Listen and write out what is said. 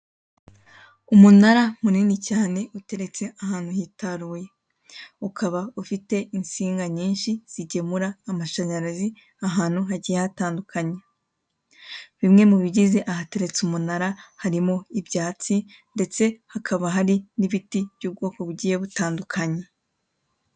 Umunara munini cyane uteretse ahantu hitaruye, ukaba ufite itsinga nyinshi zigemura amashanyarazi ahantu hagiye hatandukanye ,bimwe mubigize ahateretse umunara harimo ibyatsi ndetse hakaba hari ibiti by'ubwoko bugiye butandukanye.